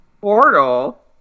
portal